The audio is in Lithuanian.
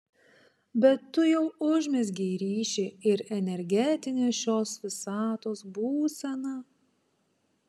bet tu jau užmezgei ryšį ir energetinė šios visatos būsena